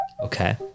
Okay